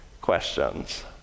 questions